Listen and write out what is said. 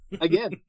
Again